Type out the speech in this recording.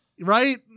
Right